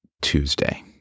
Tuesday